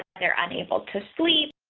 they're unable to sleep.